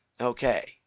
Okay